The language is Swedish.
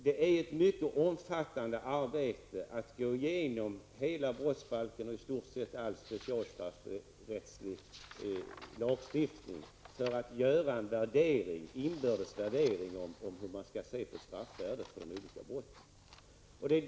Det är ett mycket omfattande arbete att gå igenom hela brottsbalken och i stort sett all specialstraffrättslig lagstiftning för att göra en inbördes värdering av hur man skall se på straffvärdet för de olika brotten.